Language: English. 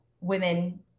women